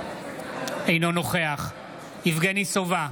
אינו נוכח יבגני סובה,